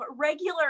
regular